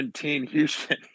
Houston